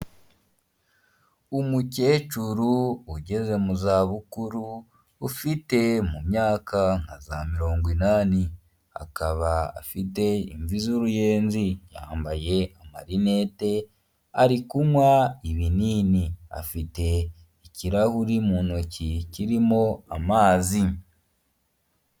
Umukecuru ugeze mu za bukuru, ufite mu myaka nka za mirongo inani, akaba afite imvi z'uruyenzi, yambaye amarinete ari kunywa ibinini, afite ikirahuri mu ntoki kirimo amazi.